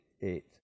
eight